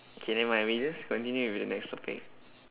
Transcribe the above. okay never mind we just continue with the next topic